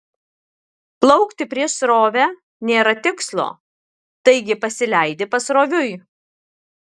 plaukti prieš srovę nėra tikslo taigi pasileidi pasroviui